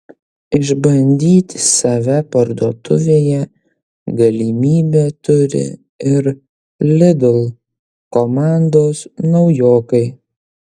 išbandyti save parduotuvėje galimybę turi ir lidl komandos naujokai